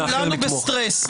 כולנו בסטרס.